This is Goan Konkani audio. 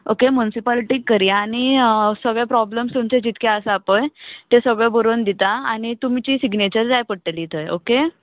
ओके मुन्सिपालटीक करुया आनी सगले प्रोब्लम्स तुमचे जितके आसा पळय तें सगळें बरोवन दितां आनी तुमची सिग्नेचर जाय पडटली थंय ओके